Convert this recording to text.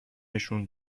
نشون